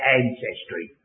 ancestry